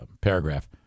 paragraph—